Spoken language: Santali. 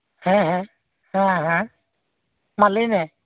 ᱦᱮᱸ ᱦᱮᱸ ᱦᱮᱸ ᱦᱮᱸ ᱢᱟ ᱞᱟᱹᱭ ᱢᱮ